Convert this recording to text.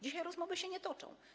Dzisiaj rozmowy się nie toczą.